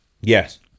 yes